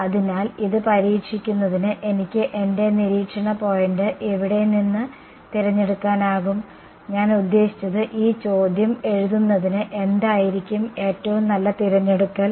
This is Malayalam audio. അതിനാൽ ഇത് പരീക്ഷിക്കുന്നതിന് എനിക്ക് എന്റെ നിരീക്ഷണ പോയിന്റ് എവിടെ നിന്ന് തിരഞ്ഞെടുക്കാനാകും ഞാൻ ഉദ്യേശിച്ചത് ഈ ചോദ്യം എഴുതുന്നതിന് എന്തായിരിക്കും ഏറ്റവും നല്ല തിരഞ്ഞെടുക്കൽ